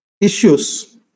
issues